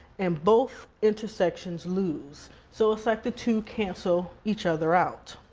and both intersections lose. so it's like the two cancel each other out.